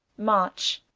march.